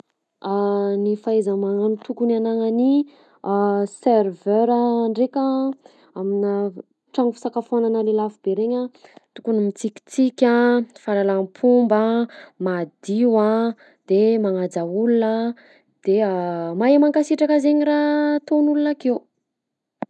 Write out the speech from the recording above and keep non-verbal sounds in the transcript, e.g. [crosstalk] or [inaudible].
[hesitation] Ny fahaiza-magnano tokony agnanan'ny [hesitation] serveur a ndraika aminà f- tragno fisakafoanana le lafo be regny a: tokony mitsikitsiky a, fahalalam-pomba, madio a de magnaja olona, de [hesitation] mahay mankasitraka zaigny raha ataon'olona akeo.